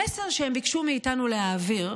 המסר שהם ביקשו מאיתנו להעביר,